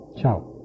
Ciao